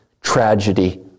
tragedy